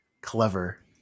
Clever